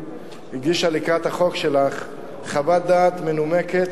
הגישה לקראת החוק שלך חוות דעת מנומקת,